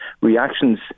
reactions